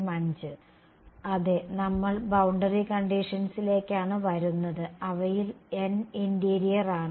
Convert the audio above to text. അതെ നമ്മൾ ബൌണ്ടറി കണ്ടിഷൻസിലേക്കാണ് വരുന്നത് അവയിൽ n ഇന്റീരിയർ ആണ്